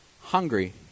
hungry